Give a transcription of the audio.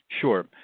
Sure